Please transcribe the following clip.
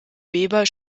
weber